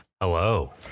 Hello